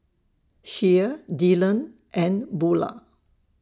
Shea Dylon and Bulah